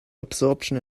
absorption